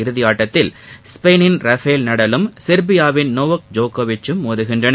இறுதியாட்டத்தில் ஸ்பெயினின் ரஃபேல் நடாலும் செர்பியாவின் நோவக் ஜோக்கோவிச்சும் மோதுகின்றனர்